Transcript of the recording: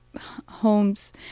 homes